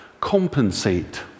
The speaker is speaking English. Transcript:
compensate